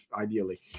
ideally